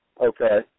Okay